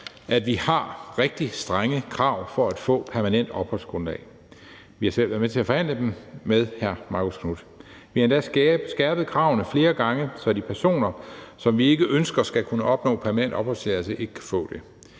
at vi har rigtig strenge krav for at få permanent opholdsgrundlag. Vi har selv været med til at forhandle dem med hr. Marcus Knuth. Vi har endda skærpet kravene flere gange, så de personer, som vi ikke ønsker skal kunne opnå permanent opholdstilladelse, ikke kan få det.